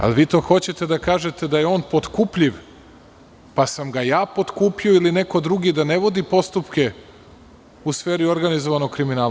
Da li vi to hoćete da kažete da je on potkupljiv, pa sam ga ja potkupio ili neko drugi, da ne vodi postupke u sferi organizovanog kriminala?